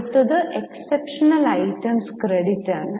അടുത്തത് exceptional items credit ആണ്